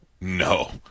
No